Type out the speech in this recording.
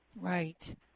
Right